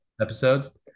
episodes